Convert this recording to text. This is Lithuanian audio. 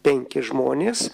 penki žmonės